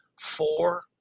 four